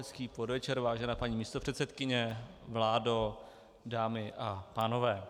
Hezký podvečer, vážená paní místopředsedkyně, vládo, dámy a pánové.